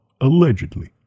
Allegedly